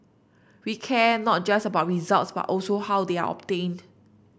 we care not just about results but also how they are obtained